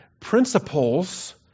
principles